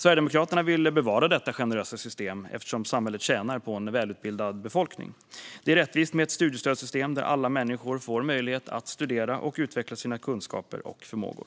Sverigedemokraterna vill bevara detta generösa system, eftersom samhället tjänar på en välutbildad befolkning. Det är rättvist med ett studiestödssystem där alla människor får möjlighet att studera och utveckla sina kunskaper och förmågor.